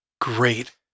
great